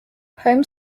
home